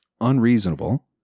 unreasonable